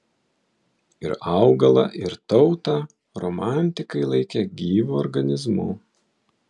ir augalą ir tautą romantikai laikė gyvu organizmu